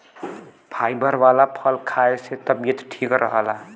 fibre वाला फल खाए से तबियत ठीक रहला